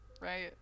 right